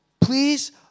Please